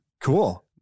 Cool